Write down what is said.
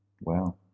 Wow